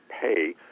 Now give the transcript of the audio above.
pay